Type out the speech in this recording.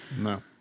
No